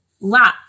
lots